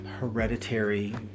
hereditary